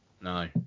No